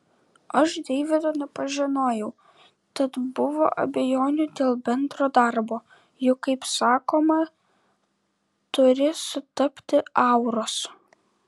aš deivido nepažinojau tad buvo abejonių dėl bendro darbo juk kaip sakoma turi sutapti auros